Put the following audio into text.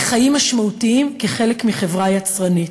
היא חיים משמעותיים כחלק מחברה יצרנית,